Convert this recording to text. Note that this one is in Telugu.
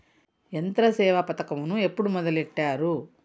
యంత్రసేవ పథకమును ఎప్పుడు మొదలెట్టారు?